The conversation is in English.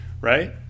right